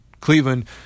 Cleveland